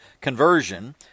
conversion